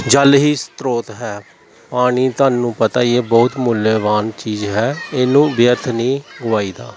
ਜਲ ਹੀ ਸਰੋਤ ਹੈ ਪਾਣੀ ਤੁਹਾਨੂੰ ਪਤਾ ਹੀ ਹੈ ਬਹੁਤ ਮੁੱਲਵਾਨ ਚੀਜ਼ ਹੈ ਇਹਨੂੰ ਵਿਅਰਥ ਨਹੀਂ ਗਵਾਈਦਾ